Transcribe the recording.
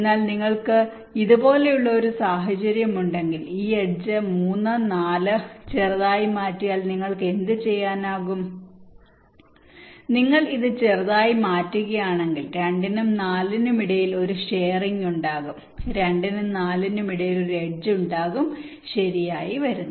എന്നാൽ നിങ്ങൾക്ക് ഇതുപോലുള്ള ഒരു സാഹചര്യം ഉണ്ടെങ്കിൽ ഈ എഡ്ജ് 3 4 ചെറുതായി മാറ്റിയാൽ നിങ്ങൾക്ക് എന്തുചെയ്യാനാകും നിങ്ങൾ ഇത് ചെറുതായി മാറ്റുകയാണെങ്കിൽ 2 നും 4 നും ഇടയിൽ ഒരു ഷെയറിങ് ഉണ്ടാകും 2 നും 4 നും ഇടയിൽ ഒരു എഡ്ജ് ഉണ്ടാകും ശരിയായി വരുന്നു